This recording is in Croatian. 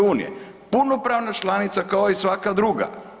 Punopravna članica kao i svaka druga.